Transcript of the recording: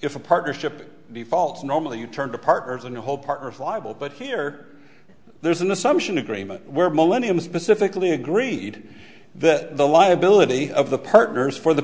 if a partnership be faults normally you turn to partners and hope partner flyable but here there's an assumption agreement where millennium specifically agreed that the liability of the partners for the